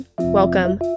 Welcome